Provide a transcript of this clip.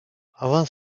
avant